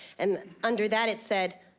and under that it said,